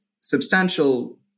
substantial